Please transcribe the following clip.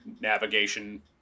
navigation